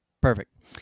Perfect